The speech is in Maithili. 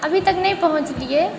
अभी तक नहि पहुँचलिए